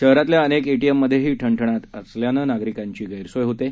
शहरातल्या अनेक ए ीममध्येही ठणठणा असल्यानं नागरिकांची गैरसोय होत आहे